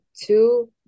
two